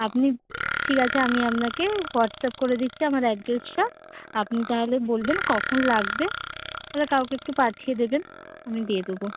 আপনি ঠিক আছে আমি আপনাকে হোয়াটস্যাপ করে দিচ্ছি আমার অ্যাড্রেসটা আপনি তাহলে বলবেন কখন লাগবে তাহলে কাউকে একটু পাঠিয়ে দেবেন আমি দিয়ে দেব